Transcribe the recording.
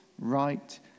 Right